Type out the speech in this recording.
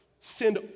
send